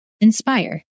inspire